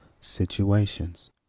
situations